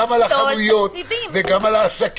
אני מדבר גם על החנויות וגם על העסקים.